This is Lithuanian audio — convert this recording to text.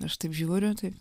aš taip žiūriu taip